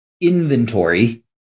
inventory